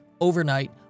overnight